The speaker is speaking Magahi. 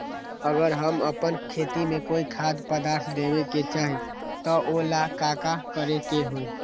अगर हम अपना खेती में कोइ खाद्य पदार्थ देबे के चाही त वो ला का करे के होई?